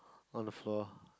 on the floor